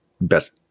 best